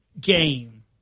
game